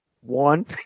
One